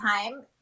time